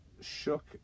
shook